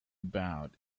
about